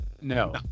No